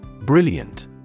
Brilliant